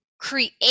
create